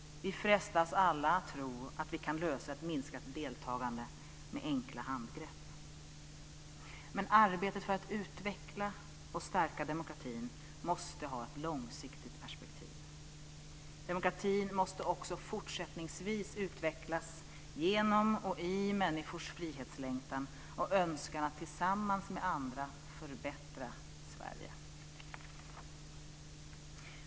Vi frestas alla att tro att vi kan lösa problemet med ett minskat deltagande med enkla handgrepp. Men arbetet för att utveckla och stärka demokratin måste ha ett långsiktigt perspektiv. Demokratin måste också fortsättningsvis utvecklas genom och i människors frihetslängtan och önskan att tillsammans med andra förbättra Sverige.